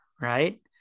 right